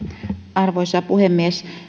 arvoisa puhemies